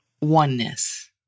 oneness